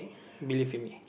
believe in me